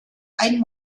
ein